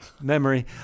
memory